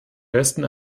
besten